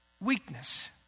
Weakness